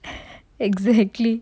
exactly